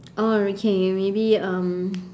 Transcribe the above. oh okay K we can maybe um